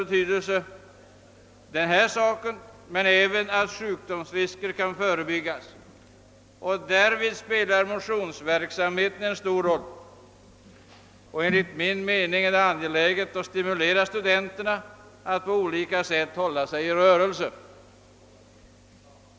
Men det är även viktigt att sjukdomsrisker kan förebyggas. Därvid spelar motionsverksamheten en stor roll. Enligt min uppfattning är det angeläget att stimulera studenterna att på olika sätt hålla sig i rörelse.